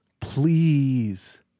please